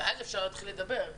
ואז אפשר להתחיל לדבר.